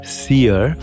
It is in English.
seer